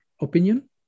opinion